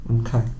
okay